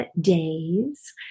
days